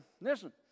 listen